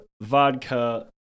vodka